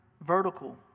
vertical